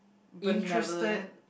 benevolent